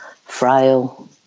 frail